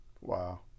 Wow